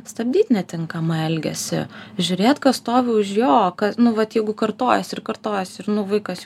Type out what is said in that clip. stabdyt netinkamą elgesį žiūrėt kas stovi už jo nu vat jeigu kartojas ir kartojas ir nu vaikas